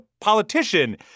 politician